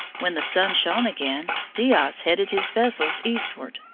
when the sun shone again, diaz headed his vessels eastward,